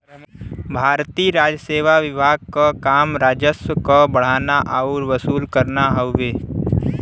भारतीय राजसेवा विभाग क काम राजस्व क बढ़ाना आउर वसूल करना हउवे